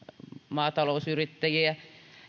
maatalousyrittäjiä